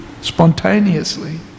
spontaneously